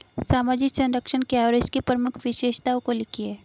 सामाजिक संरक्षण क्या है और इसकी प्रमुख विशेषताओं को लिखिए?